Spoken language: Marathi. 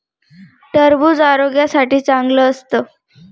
टरबूज आरोग्यासाठी चांगलं असतं